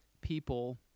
people